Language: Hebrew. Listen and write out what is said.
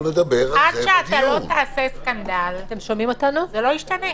עד שאתה לא תעשה סקנדל זה לא ישתנה.